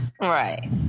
Right